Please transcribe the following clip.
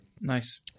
Nice